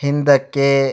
ಹಿಂದಕ್ಕೆ